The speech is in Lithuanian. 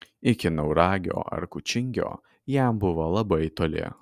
iki nauragio ar kučingio jam buvo labai toli